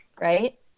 Right